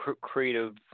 creative